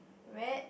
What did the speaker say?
red